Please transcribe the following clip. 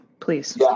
Please